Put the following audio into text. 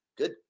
Good